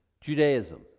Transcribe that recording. Judaism